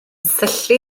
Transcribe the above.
syllu